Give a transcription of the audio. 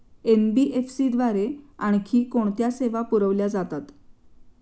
NBFC द्वारे आणखी कोणत्या सेवा पुरविल्या जातात?